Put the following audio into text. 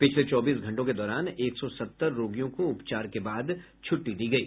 पिछले चौबीस घंटों के दौरान एक सौ सत्तर रोगियों को उपचार के बाद छुट्टी दी गयी